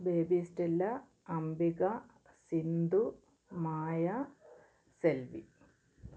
baby Stella Ambika Sindhu Maya Selvi